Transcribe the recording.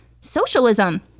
socialism